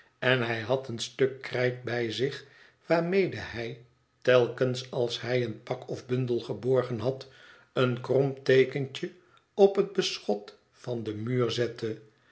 en hij had een stuk krijt bij zich waarmede hij telkens als hij een pak of bundel geborgen had een krom teekentje op het beschot van den muur zette